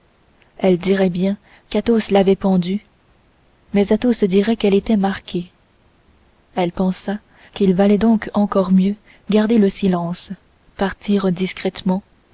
elle dirait bien qu'athos l'avait pendue mais athos dirait qu'elle était marquée elle pensa qu'il valait donc encore mieux garder le silence partir discrètement